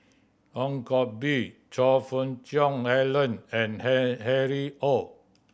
Ong Koh Bee Choe Fook Cheong Alan and Harry Ord